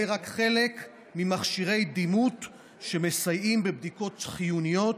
הם רק חלק ממכשירי הדימות שמסייעים בבדיקות חיוניות,